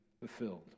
fulfilled